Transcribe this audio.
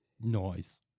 Noise